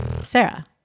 Sarah